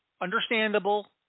Understandable